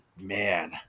man